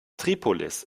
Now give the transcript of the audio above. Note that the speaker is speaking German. tripolis